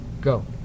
Go